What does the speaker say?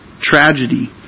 tragedy